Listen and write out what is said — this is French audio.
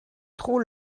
trop